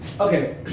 Okay